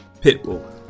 Pitbull